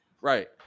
Right